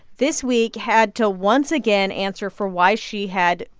this week, had to, once again, answer for why she had,